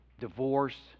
divorce